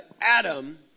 Adam